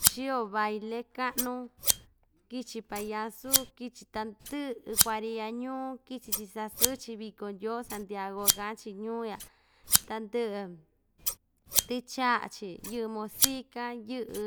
Chio baile ka'nu kichi payasu kichi tandɨ'ɨ kuariya ñuu kichi‑chi sasɨɨ‑chi viko ndyoo santiago ka'an‑chi ñuu ya tandɨ'ɨ ticha'a‑chi yɨ'ɨ mosika yɨ'ɨ